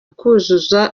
kuzuza